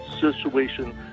situation